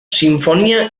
sinfonía